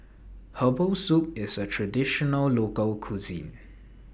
Herbal Soup IS A Traditional Local Cuisine